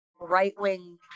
right-wing